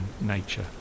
nature